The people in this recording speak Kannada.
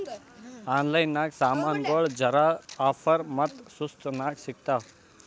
ಆನ್ಲೈನ್ ನಾಗ್ ಸಾಮಾನ್ಗೊಳ್ ಜರಾ ಆಫರ್ ಮತ್ತ ಸಸ್ತಾ ನಾಗ್ ಸಿಗ್ತಾವ್